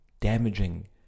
damaging